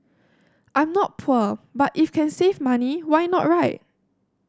I'm not poor but if can save money why not right